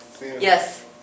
Yes